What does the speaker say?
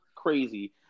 crazy